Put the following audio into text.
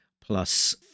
plus